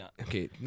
okay